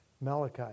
Malachi